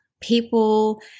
people